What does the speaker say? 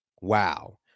Wow